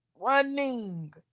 Running